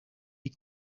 die